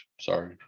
Sorry